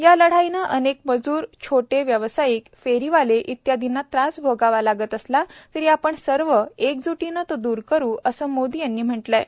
या लढाईत अनेक मज्र छोटे व्यावसायिक फेरीवाले इत्यादींना त्रास भोगावा लागला तरी आपण सर्व एकज्टीने तो द्रर करू असं मोदी यांनी म्हटलं आहे